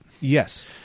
Yes